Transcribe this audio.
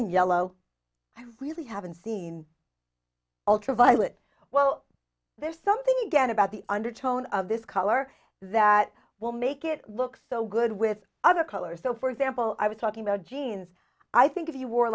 think yellow i really haven't seen ultraviolet well there's something again about the undertone of this color that will make it look so good with other colors so for example i was talking about jeans i think if you wore